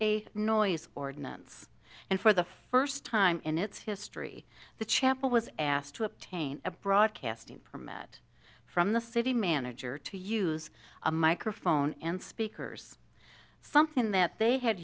a noise ordinance and for the first time in its history the chapel was asked to obtain a broadcasting permit from the city manager to use a microphone and speakers something that they had